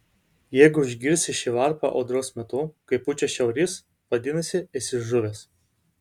jeigu išgirsti šį varpą audros metu kai pučia šiaurys vadinasi esi žuvęs